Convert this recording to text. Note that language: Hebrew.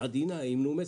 היא עדינה, היא מנומסת.